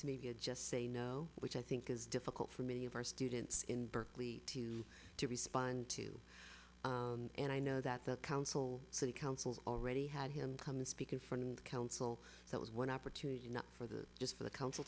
to maybe i just say no which i think is difficult for many of our students in berkeley to to respond to and i know that the council city councils already had him come and speak in front council that was one opportunity for the just for the council